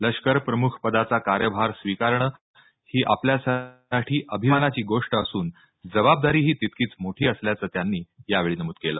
लष्करप्रमुख पदाचा कार्यभार स्वीकारणं ही आपल्यासाठी अभिमानाची गोष्ट असून जवाबदारीही तितकीच मोठी असल्याचं त्यांनी यावेळी नमूद केलं